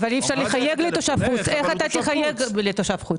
אבל אי אפשר לחייג לתושב חוץ,